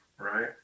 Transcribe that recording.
right